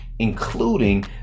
including